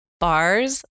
Bars